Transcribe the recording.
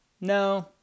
no